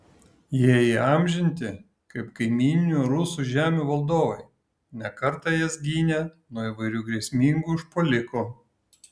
jie įamžinti kaip kaimyninių rusų žemių valdovai ne kartą jas gynę nuo įvairių grėsmingų užpuolikų